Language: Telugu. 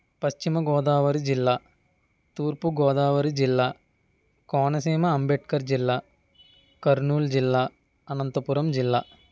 పశ్చిమగోదావరి జిల్లా తూర్పుగోదావరి జిల్లా కోనసీమ అంబేద్కర్ జిల్లా కర్నూలు జిల్లా అనంతపురం జిల్లా